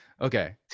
okay